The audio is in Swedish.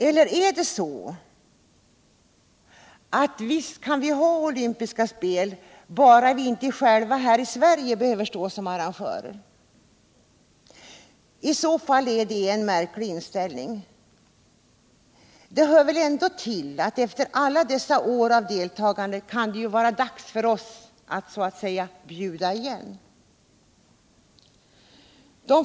Eller är det så att vi kan ha olympiska spel bara vi inte själva här i Sverige behöver stå som arrangörer”? I så fall är det en märklig inställning. Efter alla är av deltagande kan det väl ändå vara dags att ”bjuda igen”.